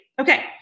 Okay